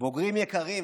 "בוגרים יקרים",